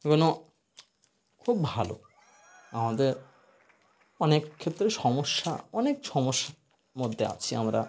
এগুলো খুব ভালো আমাদের অনেক ক্ষেত্রে সমস্যা অনেক সমস্যার মধ্যে আছি আমরা